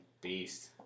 Beast